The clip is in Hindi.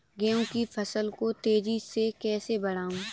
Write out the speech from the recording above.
गेहूँ की फसल को तेजी से कैसे बढ़ाऊँ?